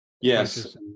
Yes